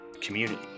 community